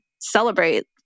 celebrate